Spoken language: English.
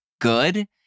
good